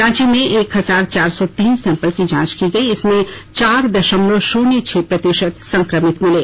रांची में एक हजार चार सौ तीन सैम्पल की जांच की गई इसमें चार दशमल शून्य छह प्रतिशत संक्रमित मिले